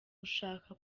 ushaka